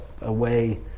away